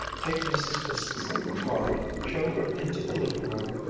take mrs. fiske's card, show her into the living-room,